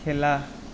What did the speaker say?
খেলা